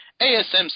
ASM